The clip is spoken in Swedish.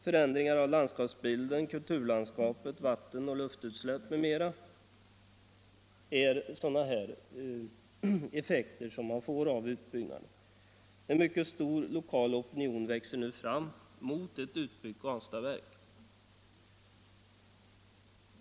Förändringar av landskapsbilden, kulturlandskapen, vattenoch luftutsläpp m.m. är effekter man får av utbyggnaden. En mycket stor lokal opinion växer nu fram mot ett utbyggt Ranstadsverk.